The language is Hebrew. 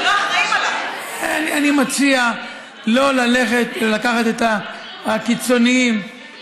אתה מכיר